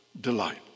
delight